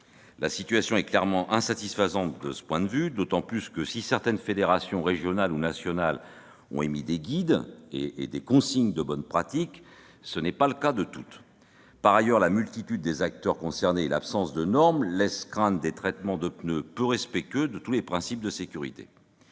La situation est clairement insatisfaisante de ce point de vue, d'autant que, si certaines fédérations régionales ou nationales ont élaboré des guides et donné des consignes de bonnes pratiques, ce n'est pas le cas de toutes. Par ailleurs, la multitude des acteurs concernés et l'absence de normes laissent craindre des traitements de pneus peu respectueux de tous les principes de sécurité.